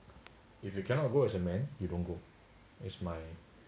if you cannot go as a man you don't go is my